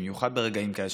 במיוחד ברגעים כאלה,